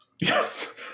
yes